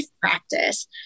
practice